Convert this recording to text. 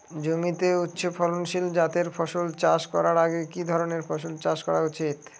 জমিতে উচ্চফলনশীল জাতের ফসল চাষ করার আগে কি ধরণের ফসল চাষ করা উচিৎ?